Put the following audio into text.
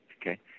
Okay